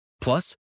Plus